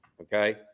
Okay